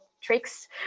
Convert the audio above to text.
tricks